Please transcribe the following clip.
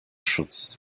schutz